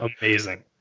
Amazing